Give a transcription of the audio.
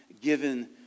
given